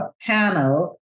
panel